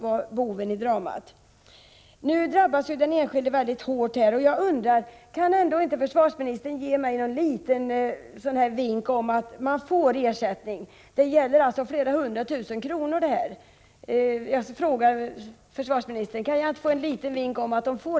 De enskilda drabbas nu mycket hårt av det inträffade, och jag undrar därför om försvarsministern kan ge mig en liten vink om att de kan få ersättning. Det gäller ändå belopp om hundratusentals kronor.